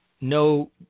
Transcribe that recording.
no –